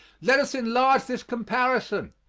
let us enlarge this comparison.